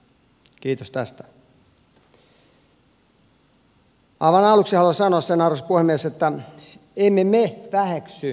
aivan aluksi haluan sanoa sen arvoisa puhemies että emme me väheksy ruotsin kielen osaamista